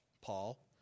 Paul